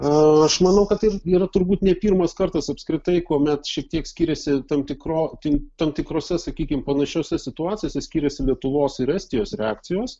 aš manau kad taip yra turbūt ne pirmas kartas apskritai kuomet šitiek skiriasi tam tikro tik tam tikrose sakykim panašiose situacijose skiriasi lietuvos ir estijos reakcijos